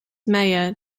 mayor